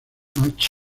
match